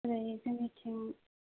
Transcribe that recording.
ओरै जोंनिथिं